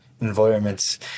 environments